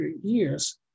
years